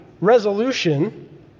resolution